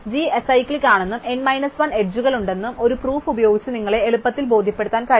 G acyclic ആണെന്നും n 1 അരികുകളുണ്ടെന്നും ഒരു പ്രൂഫ് ഉപയോഗിച്ചു നിങ്ങളെ എളുപ്പത്തിൽ ബോധ്യപ്പെടുത്താൻ കഴിയും